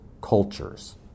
cultures